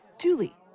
Julie